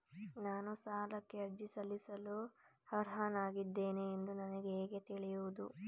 ನಾನು ಸಾಲಕ್ಕೆ ಅರ್ಜಿ ಸಲ್ಲಿಸಲು ಅರ್ಹನಾಗಿದ್ದೇನೆ ಎಂದು ನನಗೆ ಹೇಗೆ ತಿಳಿಯುವುದು?